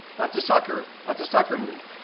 that's a sucker, that's a sucker move.